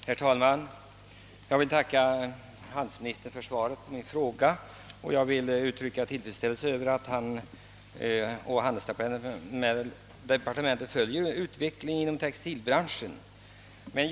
Herr talman! Jag ber att få tacka handelsministern för svaret på min fråga och uttrycker tillfredsställelse över att han och de övriga i handelsdepartementet följer utvecklingen inom textilbranschen.